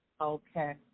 okay